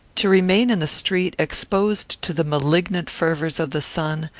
to remain in the street, exposed to the malignant fervours of the sun,